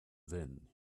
then